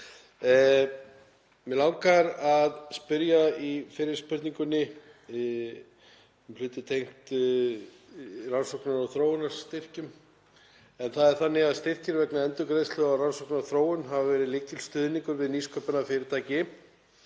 Mig langar að spyrja fyrst um hluti tengda rannsókna- og þróunarstyrkjum en það er þannig að styrkir vegna endurgreiðslu á rannsóknum og þróun hafa verið lykilstuðningur við nýsköpunarfyrirtæki.